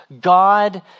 God